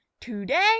Today